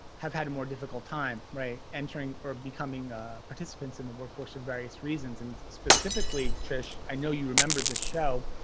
have had a more difficult time right entering or becoming participants in the workforce for and various reasons. and specifically trish, i know you remembered this show,